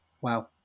Wow